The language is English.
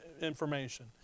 information